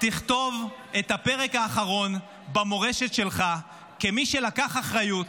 תכתוב את הפרק האחרון במורשת שלך כמי שלקח אחריות